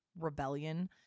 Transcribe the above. rebellion